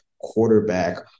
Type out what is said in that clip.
quarterback